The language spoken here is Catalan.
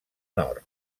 nord